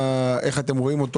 איך אתם רואים אותו?